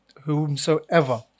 Whomsoever